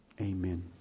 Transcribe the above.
amen